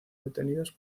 detenidos